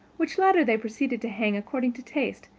which latter they proceeded to hang according to taste,